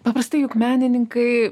paprastai juk menininkai